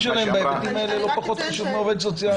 התפקיד שלהם בהיבטים האלה הוא לא פחות חשוב מתפקידו של עובד סוציאלי.